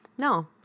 no